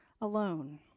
alone